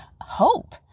hope